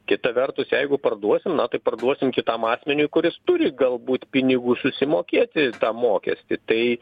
kita vertus jeigu parduosim na parduosim kitam asmeniui kuris turi galbūt pinigų susimokėti tą mokestį tai